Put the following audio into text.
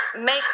make